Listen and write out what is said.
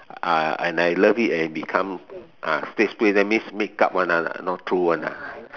uh and I love it and become ah stage play that means make up one ah not true one ah